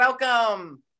welcome